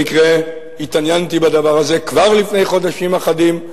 במקרה התעניינתי בדבר הזה כבר לפני חודשים אחדים,